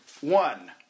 One